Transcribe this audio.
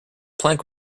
plank